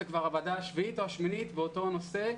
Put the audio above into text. זו כבר הוועדה השביעית או השמינית באותו נושא,